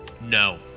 No